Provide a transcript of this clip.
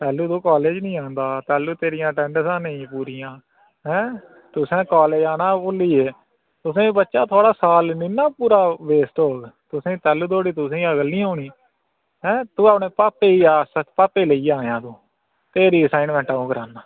तैलू तूं कालेज नी आंदा हा तैलू तेरियां अटेंडंसा नी ही पूरियां ऐं तुसें कालेज आना ऐ भुल्ली गे तुसेंई बच्चा थोआढ़ा साल नि ना पूरा वेस्ट होग तुसेंई तैलू धोड़ी तुसें अकल नि औनी ऐं तूं अपने पापे गी आस पापे लेइयै आयां तूं तेरी असाइनमेंट आ'ऊं कराना